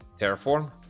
Terraform